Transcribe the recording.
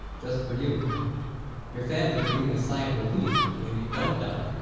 just for you your family breathing a sigh of relief when you don't die,